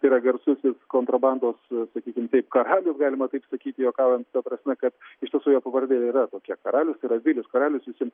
tai yra garsusis kontrabandos sakykim taip karalius galima taip sakyti juokaujant ta prasme kad iš tiesų jo pavardė ir yra tokia karalius yra vilius karalius visiem